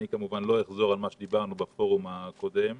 אני כמובן לא אחזור על מה שדיברנו בפורום הסגור,